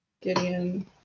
Gideon